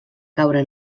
caure